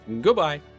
Goodbye